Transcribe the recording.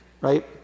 Right